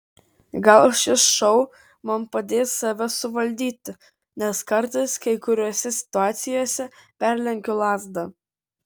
gal šis šou man padės save suvaldyti nes kartais kai kuriose situacijose perlenkiu lazdą